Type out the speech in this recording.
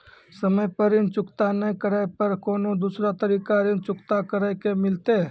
समय पर ऋण चुकता नै करे पर कोनो दूसरा तरीका ऋण चुकता करे के मिलतै?